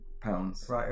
pounds